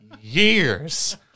years